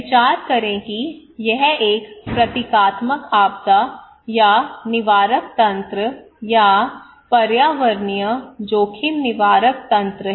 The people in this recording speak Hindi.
विचार करें कि यह एक प्रतीकात्मक आपदा या निवारक तंत्र या पर्यावरणीय जोखिम निवारक तंत्र है